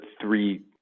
three